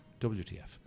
WTF